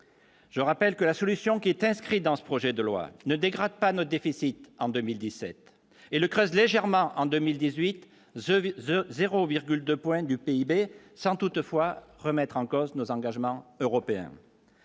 je rappelle que la solution qui est inscrit dans ce projet de loi ne dégrade pas notre déficit en 2017 et le creuse légèrement en 2018, je vis de 0,2 point du PIB, sans toutefois remettre en cause nos engagements européens.